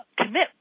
commit